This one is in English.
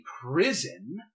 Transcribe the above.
prison